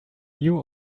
new